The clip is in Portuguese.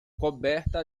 coberta